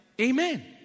Amen